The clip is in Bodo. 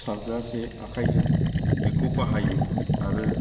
सारग्रा जे आखाइजों बेखौ बाहायो आरो